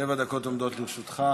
שבע דקות עומדות לרשותך.